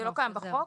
זה לא קיים בחוק.